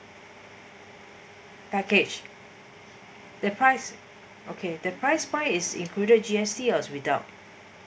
package the price okay the price by is included G_S_T or is without